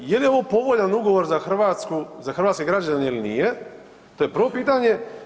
Je li ovo povoljan ugovor za Hrvatsku, za hrvatske građane ili nije, to je prvo pitanje?